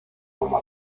como